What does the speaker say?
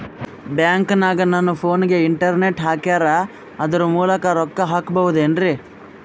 ಬ್ಯಾಂಕನಗ ನನ್ನ ಫೋನಗೆ ಇಂಟರ್ನೆಟ್ ಹಾಕ್ಯಾರ ಅದರ ಮೂಲಕ ರೊಕ್ಕ ಹಾಕಬಹುದೇನ್ರಿ?